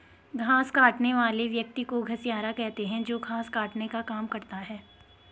घास काटने वाले व्यक्ति को घसियारा कहते हैं जो घास काटने का काम करता है